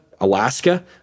Alaska